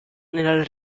nella